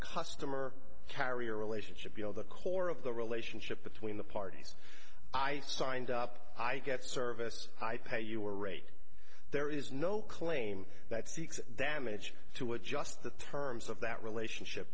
customer carrier relationship below the core of the relationship between the parties i signed up i get service i pay you or rate there is no claim that speaks them managed to adjust the terms of that relationship